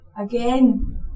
Again